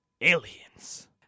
aliens